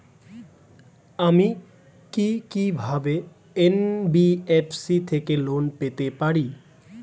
আমি কি কিভাবে এন.বি.এফ.সি থেকে লোন পেতে পারি?